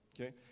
Okay